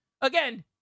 Again